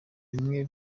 bimwe